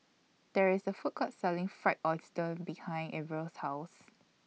There IS A Food Court Selling Fried Oyster behind Arvil's House